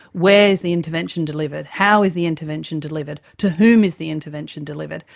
where is the intervention delivered? how is the intervention delivered? to whom is the intervention delivered?